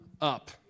up